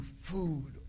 food